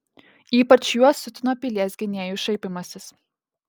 ypač juos siutino pilies gynėjų šaipymasis